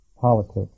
politics